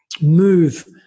move